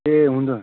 ए हुन्छ